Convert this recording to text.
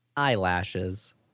eyelashes